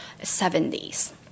70s